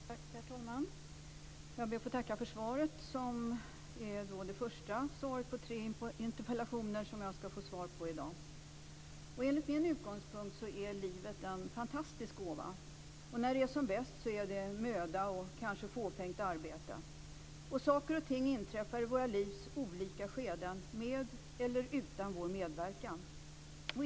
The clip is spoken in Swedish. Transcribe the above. Herr talman! Jag ber att få tacka för svaret, som är det första av de tre svar på interpellationer som jag skall få i dag. Enligt min utgångspunkt är livet en fantastisk gåva, och när det är som bäst är det möda och kanske fåfängt arbete. Saker och ting inträffar i våra livs olika skeden med eller utan vår medverkan.